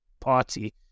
party